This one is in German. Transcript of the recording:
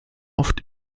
oft